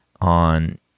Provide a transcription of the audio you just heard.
on